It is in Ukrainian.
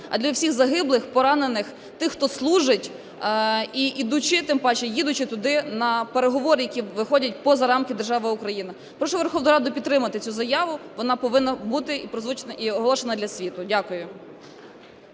а до всіх загиблих, поранених, тих, хто служить, йдучи, тим паче, їдучи туди на переговори, які виходять поза рамки держави Україна. Прошу Верховну Раду підтримати цю заяву, вона повинна бути і озвучена, і оголошена для світу. Дякую.